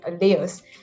layers